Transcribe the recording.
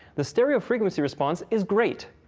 the stereo frequency response is great.